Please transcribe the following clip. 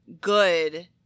good